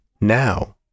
now